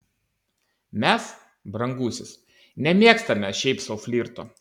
mes brangusis nemėgstame šiaip sau flirto